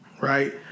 right